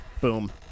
boom